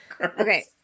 Okay